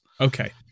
Okay